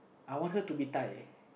I want her to be Thai